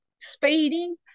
speeding